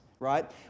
right